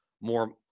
more